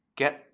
get